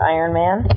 Ironman